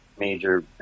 major